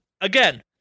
again